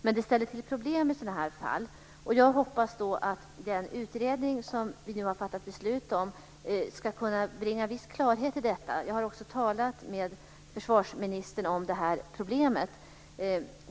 Men det ställer till problem i sådana här fall. Jag hoppas att den utredning som vi nu har fattat beslut om ska kunna bringa viss klarhet i detta. Jag har också talat med försvarsministern om det här problemet.